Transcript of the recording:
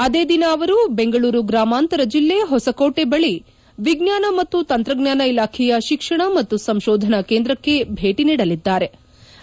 ಅದೇ ದಿನ ಅವರು ಬೆಂಗಳೂರು ಗ್ರಾಮಾಂತರ ಜಿಲ್ಲೆಯ ಹೊಸಕೋಟೆ ಬಳಿ ವಿಜ್ಞಾನ ಮತ್ತು ತಂತ್ರಜ್ಞಾನ ಇಲಾಖೆಯ ಶಿಕ್ಷಣ ಮತ್ತು ಸಂಶೋಧನಾ ಕೇಂದ್ರಕ್ಷೆ ಭೇಟಿ ನೀಡಲಿದ್ಲಾರೆ